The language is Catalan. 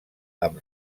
amb